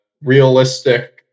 realistic